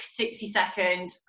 60-second